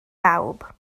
bawb